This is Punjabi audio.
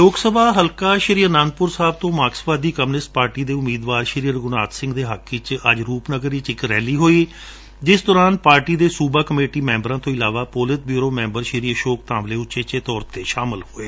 ਲੋਕ ਸਭਾ ਹਲਕਾ ਸ੍ਰੀ ਆਨੰਦਪੁਰ ਸਾਹਿਬ ਤੋਂ ਮਾਰਕਸਵਾਦੀ ਕਾਮਰੇਡ ਪਾਰਟੀ ਦੇ ਉਮੀਦਵਾਰ ਰਘੁਨਾਥ ਸਿੰਘ ਦੇ ਹੱਕ ਵਿਚ ਅੱਜ ਰੂਪਨਗਰ ਵਿਚ ਇਕ ਰੈਲੀ ਹੋਈ ਜਿਸ ਦੌਰਾਨ ਪਾਰਟੀ ਦੀ ਸੂਬਾ ਕਮੇਟੀ ਮੈਬਰਾਂ ਤੋ ਇਲਾਵਾ polit bureau member Ashok Dhawale ਉਚੇਚੇ ਤੌਰ ਤੇ ਸ਼ਾਮਲ ਹੋਏ